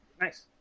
nice